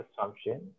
assumption